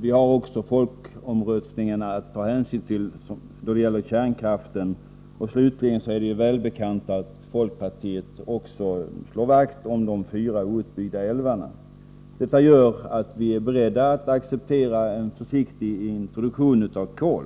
Vi har också folkomröstningen att ta hänsyn till då det gäller kärnkraften. Slutligen är det väl bekant att folkpartiet också slår vakt om de fyra outbyggda älvarna. Detta gör att vi är beredda att acceptera en försiktig introduktion av kol.